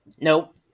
Nope